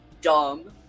dumb